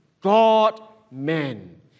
God-man